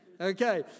Okay